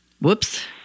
Whoops